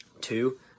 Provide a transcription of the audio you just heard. two